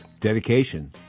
Dedication